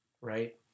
Right